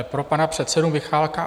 Pro pana předsedu Michálka.